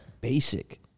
basic